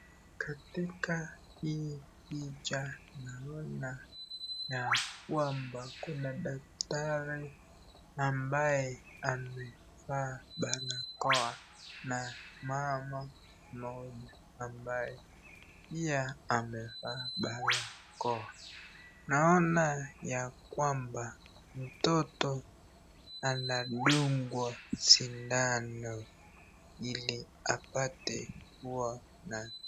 Kitaka hii picha naona ya kwamba kuna daktari ambaye amevaa barakoa, na mama moja ambaye pia amevaa barakoa naona ya kwamba mtoto anadungwa sindano ili apate kuwa na.